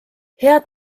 head